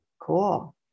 Cool